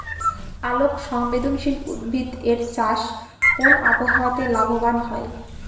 আলোক সংবেদশীল উদ্ভিদ এর চাষ কোন আবহাওয়াতে লাভবান হয়?